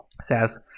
Says